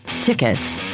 tickets